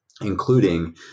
including